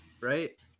right